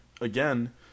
again